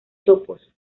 chopos